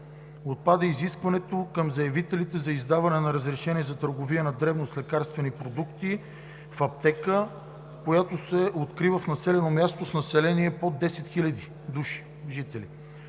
Отпада и изискването към заявителите за издаване на разрешение за търговия на дребно с лекарствени продукти в аптека, която се открива в населено място с население под 10 000 жители,